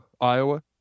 Iowa